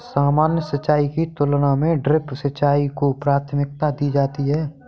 सामान्य सिंचाई की तुलना में ड्रिप सिंचाई को प्राथमिकता दी जाती है